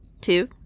two